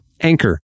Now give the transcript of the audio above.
Anchor